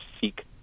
seek